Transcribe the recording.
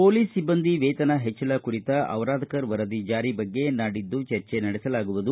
police ಸಿಬ್ಬಂದಿ ವೇತನ ಹೆಚ್ಚಳ ಕುರಿತ ದಿರಾದ್ಧರ್ ವರದಿ ಜಾರಿ ಬಗ್ಗೆ ನಾಡಿದ್ದು ಚರ್ಚೆ ನಡೆಸಲಾಗುವುದು